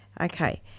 Okay